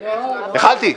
יכולתי.